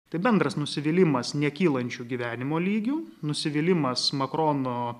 tai bendras nusivylimas nekylančiu gyvenimo lygiu nusivylimas makrono